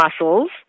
muscles